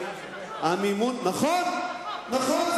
זה בחוק.